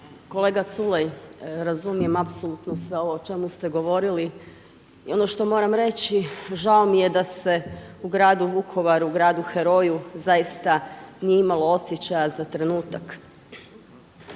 Kolega Culej, razumijem apsolutno sve ovo o čemu ste govorili. I ono što moram reći, žao mi je da se u gradu Vukovaru, u gradu heroju zaista nije imalo osjećaja za trenutak.